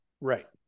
Right